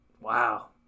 wow